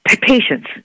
Patience